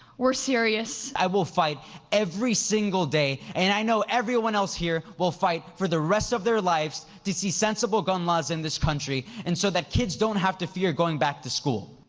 we're serious. i will fight every single day, and i know everyone else here will fight for the rest of their lives to see sensible gun laws in this country and so that kids don't have to fear going back to school.